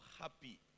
happy